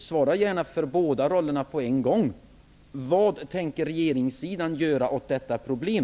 Svara gärna för båda rollerna på en gång. Vad tänker regeringen göra åt detta problem?